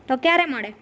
તો ક્યારે મળે